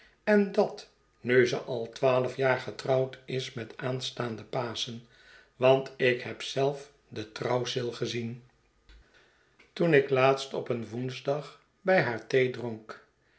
en dat nu ze al twaalf jaar getrouwd is met aanstaande paschen want ik heb zelf de trouwceel gezien hoezee pak haar